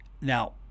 Now